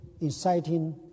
inciting